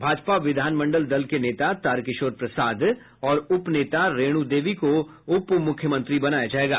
भाजपा विधानमंडल दल के नेता तारकिशोर प्रसाद और उप नेता रेणू देवी को उपमुख्यमंत्री बनाया जायेगा